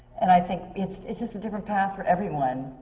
and i think it's it's just a different path for everyone.